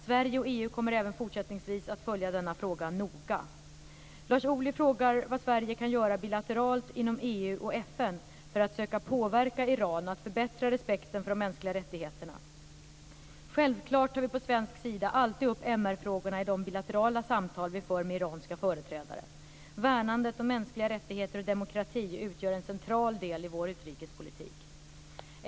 Sverige och EU kommer även fortsättningsvis att följa denna fråga noga. Lars Ohly frågar vad Sverige kan göra bilateralt, inom EU och FN för att söka påverka Iran att förbättra respekten för de mänskliga rättigheterna. Självklart tar vi från svensk sida alltid upp MR-frågorna i de bilaterala samtal vi för med iranska företrädare. Värnandet om mänskliga rättigheter och demokrati utgör en central del i vår utrikespolitik.